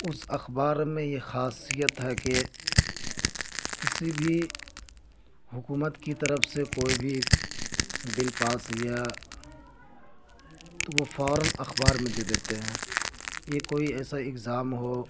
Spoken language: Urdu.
اس اخبار میں یہ خاصیت ہے کہ کسی بھی حکومت کی طرف سے کوئی بھی بل پاس یا تو وہ فوراََ اخبار میں دے دیتے ہیں یا کوئی ایسا اگزام ہو